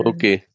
Okay